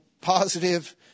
positive